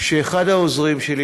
שאחד העוזרים שלי,